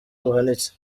buhanitse